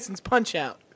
punch-out